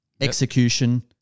execution